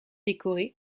décorée